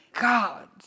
God